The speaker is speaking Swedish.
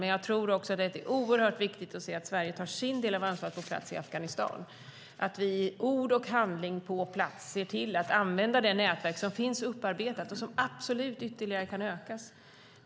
Men jag tror också att det är oerhört viktigt att se att Sverige tar sin del av ansvaret på plats i Afghanistan, att vi i ord och handling på plats ser till att använda det nätverk som finns upparbetat och som absolut ytterligare kan ökas.